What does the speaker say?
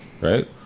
right